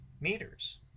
meters